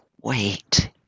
wait